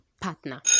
partner